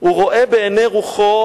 רואה בעיני רוחו